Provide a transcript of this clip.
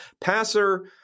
Passer